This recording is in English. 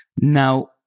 Now